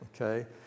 Okay